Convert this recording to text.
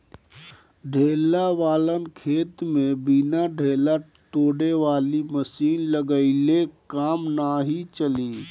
ढेला वालन खेत में बिना ढेला तोड़े वाली मशीन लगइले काम नाइ चली